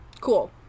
Cool